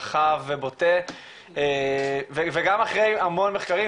רחב ובוטה וגם אחרי המון מחקרים,